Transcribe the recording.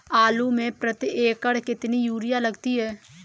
आलू में प्रति एकण कितनी यूरिया लगती है?